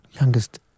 Youngest